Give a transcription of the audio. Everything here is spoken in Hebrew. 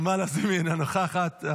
נעמה לזימי, אינה נוכחת.